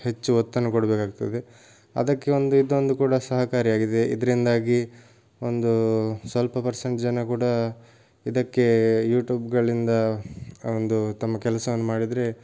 ಹೆಚ್ಚು ಒತ್ತನ್ನು ಕೊಡಬೇಕಾಗ್ತದೆ ಅದಕ್ಕೆ ಒಂದು ಇದೊಂದು ಕೂಡ ಸಹಕಾರಿಯಾಗಿದೆ ಇದರಿಂದಾಗಿ ಒಂದು ಸ್ವಲ್ಪ ಪರ್ಸೆಂಟ್ ಜನ ಕೂಡ ಇದಕ್ಕೆ ಯೂಟ್ಯೂಬ್ಗಳಿಂದ ಆ ಒಂದು ತಮ್ಮ ಕೆಲಸವನ್ನು ಮಾಡಿದರೆ